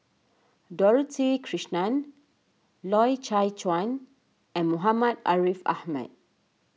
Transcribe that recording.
Dorothy Krishnan Loy Chye Chuan and Muhammad Ariff Ahmad